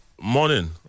morning